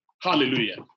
Hallelujah